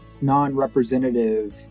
non-representative